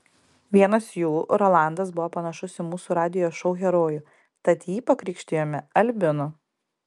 vienas jų rolandas buvo panašus į mūsų radijo šou herojų tad jį pakrikštijome albinu